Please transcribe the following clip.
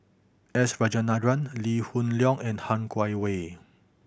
S Rajendran Lee Hoon Leong and Han Guangwei